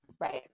Right